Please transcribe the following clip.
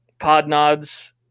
Podnods